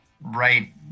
right